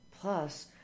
plus